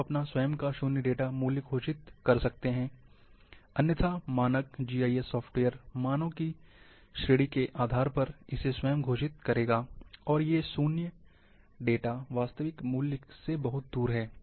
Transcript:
आप अपना स्वयं का शून्य डेटा मूल्य घोषित कर सकते हैं अन्यथा मानक जीआईएस सॉफ्टवेयर मानों की श्रेणी के आधार पर इसे स्वयं घोषित करेगा और ये शून्य डेटा वास्तविक मूल्य से बहुत दूर है